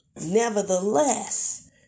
Nevertheless